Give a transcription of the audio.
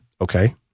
Okay